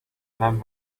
önem